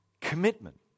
Commitment